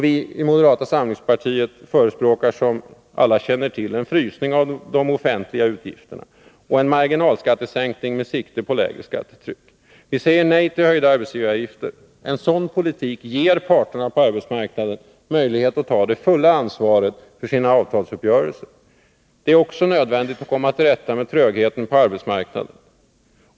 Vi i moderata samlingspartiet förespråkar, som alla känner till, en frysning av de offentliga utgifterna och en marginalskattesänkning med sikte på lägre skattetryck. Vi säger nej till höjda arbetsgivaravgifter. En sådan politik ger parterna på arbetsmarknaden möjlighet att ta det fulla ansvaret för sina avtalsuppgörelser. Det är också nödvändigt att komma till rätta med trögheten på arbetsmarknaden.